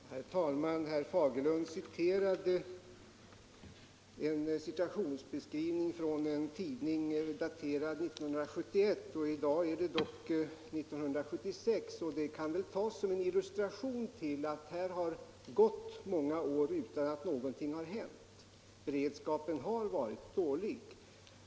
Herr talman! Herr Fagerlund eiterade en situationsbeskrivning i en tidning från 1971, och nu är det dock 1976. Det kan väl tas som en illustration till att det har gått många år utan att någonting hänt. Beredskapen har varit dålig.